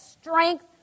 strength